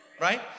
Right